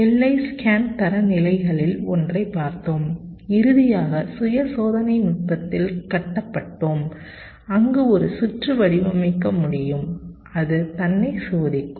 எல்லை ஸ்கேன் தரநிலைகளில் ஒன்றைப் பார்த்தோம் இறுதியாக சுய சோதனை நுட்பத்தில் கட்டப்பட்டோம் அங்கு ஒரு சுற்று வடிவமைக்க முடியும் அது தன்னைச் சோதிக்கும்